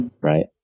right